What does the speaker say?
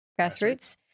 grassroots